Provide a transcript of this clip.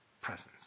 presence